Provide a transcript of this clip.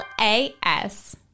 A-S